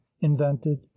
invented